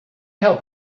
help